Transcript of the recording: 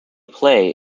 play